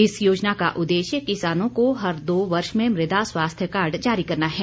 इस योजना का उद्देश्य किसानों को हर दो वर्ष में मृदा स्वास्थ्य कार्ड जारी करना है